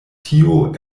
tio